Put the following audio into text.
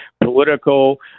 political